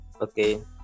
okay